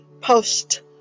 post